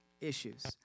issues